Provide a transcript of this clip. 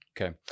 Okay